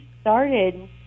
started